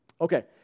Okay